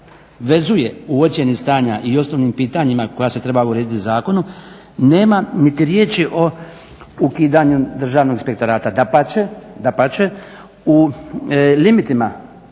vezuje u ocjeni stanja i osnovnim pitanjima koja se trebaju urediti zakonom, nema niti riječi o ukidanju Državnog inspektorata. Dapače, u limitima